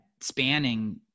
spanning